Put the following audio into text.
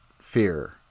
fear